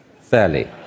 Fairly